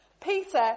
Peter